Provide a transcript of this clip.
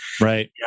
right